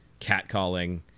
catcalling